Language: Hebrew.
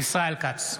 ישראל כץ,